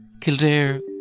Kildare